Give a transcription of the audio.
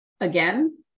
again